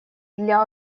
для